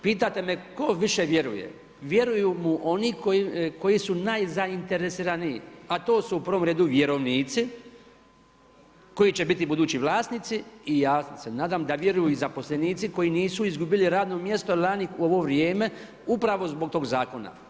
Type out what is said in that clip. Pitate me tko više vjeruje, vjeruju mu oni koji su najzainteresiraniji, a to su u prvom redu vjerovnici koji će biti budući vlasnici i ja se nadam da vjeruju i zaposlenici koji nisu izgubili radno mjesto lani u ovo vrijeme upravo zbog zakona.